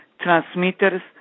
transmitters